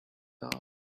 thought